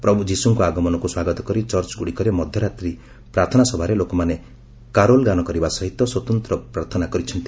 ପ୍ରଭୁ ଯୀଶୁଙ୍କ ଆଗମନକୁ ସ୍ୱାଗତ କରି ଚର୍ଚ୍ଚଗୁଡ଼ିକରେ ମଧ୍ୟରାତ୍ରୀ ପ୍ରାର୍ଥନା ସଭାରେ ଲୋକମାନେ କାରୋଲ୍ ଗାନ କରିବା ସହିତ ସ୍ୱତନ୍ତ୍ର ପ୍ରାର୍ଥନା କରିଛନ୍ତି